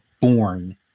born